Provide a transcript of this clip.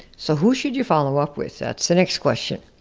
so, who should you follow up with? that's the next question.